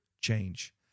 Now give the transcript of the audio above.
change